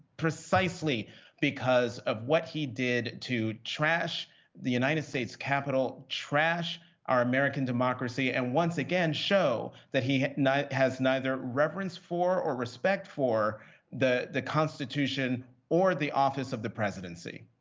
precisely because of what he did to trash the united states capitol, trash our american democracy, and once again show that he has neither reverence for or respect for the the constitution or the office of the presidency.